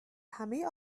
همه